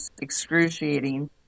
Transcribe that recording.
excruciating